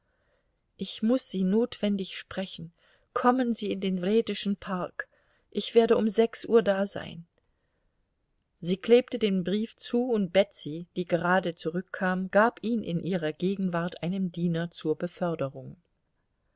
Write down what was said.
ich muß sie notwendig sprechen kommen sie in den wredeschen park ich werde um sechs uhr da sein sie klebte den brief zu und betsy die gerade zurückkam gab ihn in ihrer gegenwart einem diener zur beförderung